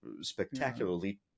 spectacularly